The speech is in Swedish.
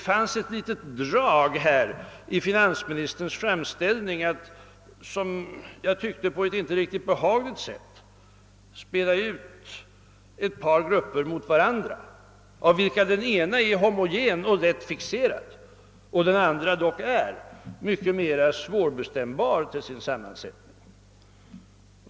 Finansminstern visade i sin framställning en tendens att på ett inte riktigt behagligt sätt spela ut ett par grupper mot varandra, av vilka den ena är homogen och lätt fixerad och den andra mycket svårbestämbar till sin sammansättning.